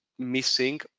missing